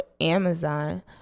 Amazon